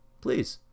please